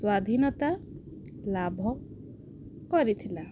ସ୍ଵାଧୀନତା ଲାଭ କରିଥିଲା